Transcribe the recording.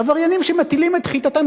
עבריינים שמטילים את חתתם,